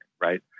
right